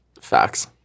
Facts